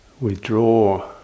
withdraw